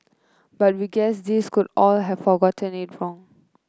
but we guess these could all have forgotten it wrong